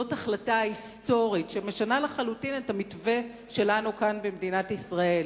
זאת החלטה היסטורית שמשנה לחלוטין את המתווה שלנו כאן במדינת ישראל.